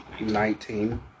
Nineteen